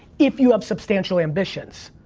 if you have substantial ambitions.